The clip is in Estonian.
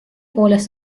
poolest